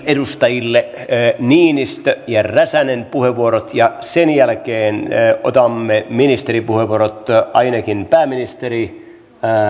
edustajille niinistö ja räsänen puheenvuorot ja sen jälkeen otamme ministeripuheenvuorot ainakin pääministeri